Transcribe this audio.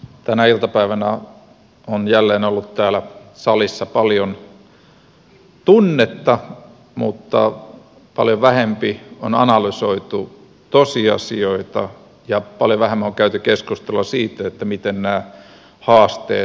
tänä iltapäivänä on jälleen ollut täällä salissa paljon tunnetta mutta paljon vähempi on analysoitu tosiasioita ja paljon vähemmän on käyty keskustelua siitä miten nämä haasteet aidosti ratkotaan